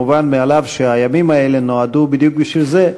מובן מאליו שהימים האלה נועדו בדיוק בשביל זה,